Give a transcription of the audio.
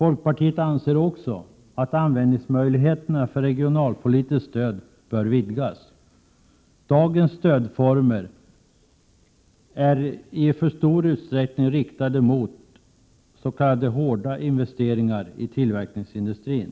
Vidare anser vi i folkpartiet att användningsmöjligheterna när det gäller regionalpolitiskt stöd bör vidgas. Dagens stödformer är i alltför stor utsträckning riktade mot s.k. hårda investeringar i tillverkningsindustrin.